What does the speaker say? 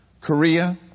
Korea